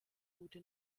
gute